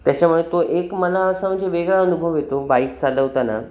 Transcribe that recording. त्याच्यामुळे तो एक मला असा म्हणजे वेगळा अनुभव येतो बाईक चालवताना